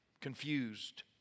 confused